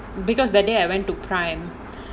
because that day I went to Prime